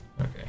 Okay